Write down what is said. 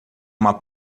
uma